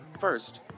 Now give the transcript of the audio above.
First